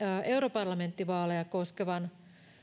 europarlamenttivaaleja koskevan